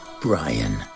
Brian